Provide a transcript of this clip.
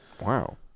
wow